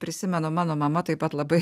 prisimenu mano mama taip pat labai